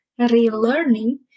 relearning